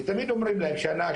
כי תמיד אומרים להם שנה,